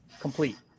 complete